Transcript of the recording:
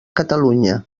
catalunya